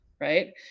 right